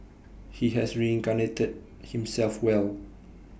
he has reincarnated himself well